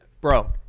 Bro